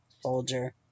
soldier